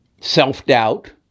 self-doubt